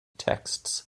texts